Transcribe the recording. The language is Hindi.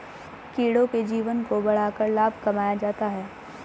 कीड़ों के जीवन को बढ़ाकर लाभ कमाया जाता है